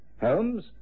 Holmes